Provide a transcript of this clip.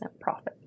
profit